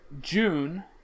June